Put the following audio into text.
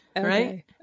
Right